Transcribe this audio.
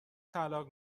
طلاق